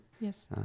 Yes